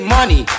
Money